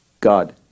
God